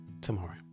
tomorrow